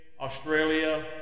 Australia